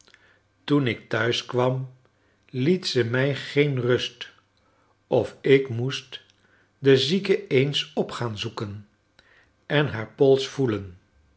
toen ik thuis kwam liet ze my geen rust of ik moest de zieke eens op gaan zoeken en haar pols voeten